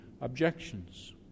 objections